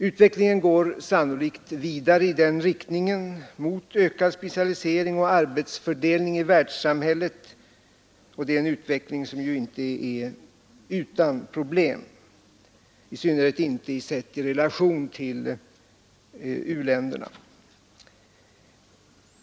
Utvecklingen går sannolikt vidare i riktning mot ökad specialisering och arbetsfördelning inom världssamhället. Det är en utveckling som inte är utan problem t.ex. med tanke på våra relationer till u-länderna.